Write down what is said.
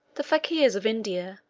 the fakirs of india,